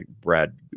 Brad